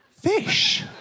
Fish